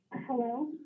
Hello